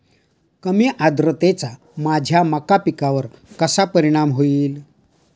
कमी आर्द्रतेचा माझ्या मका पिकावर कसा परिणाम होईल?